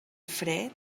fred